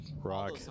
Rock